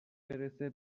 برسه